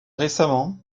récemment